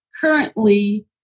currently